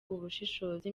ubushishozi